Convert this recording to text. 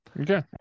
Okay